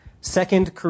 Second